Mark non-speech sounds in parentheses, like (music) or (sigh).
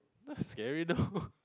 that's scary though (laughs)